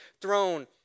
throne